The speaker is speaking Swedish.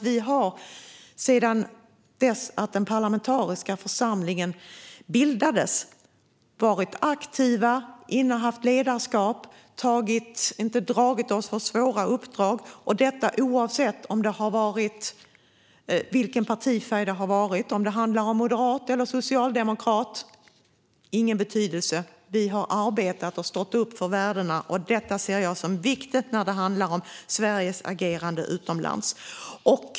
Vi har sedan den parlamentariska församlingen bildades varit aktiva, innehaft ledarskap och inte dragit oss för svåra uppdrag oavsett vilken partifärg det varit. Det har inte haft någon betydelse om det handlat om en moderat eller en socialdemokrat. Vi har arbetat och stått upp för värdena. Det ser jag som viktigt när det handlar om Sveriges agerande utomlands.